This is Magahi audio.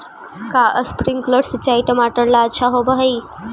का स्प्रिंकलर सिंचाई टमाटर ला अच्छा होव हई?